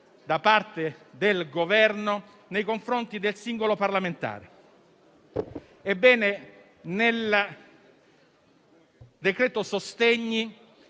da parte del Governo nei confronti del singolo parlamentare. Nel decreto-legge sostegni